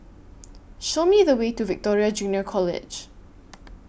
Show Me The Way to Victoria Junior College